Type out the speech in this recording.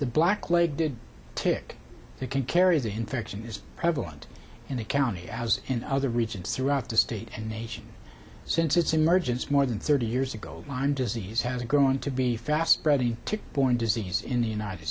the blackleg did tick it can carry the infection is prevalent in the county as in other regions throughout the state and nation since its emergence more than thirty years ago on disease has grown to be fast spreading to borne disease in the united